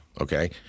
Okay